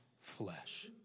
flesh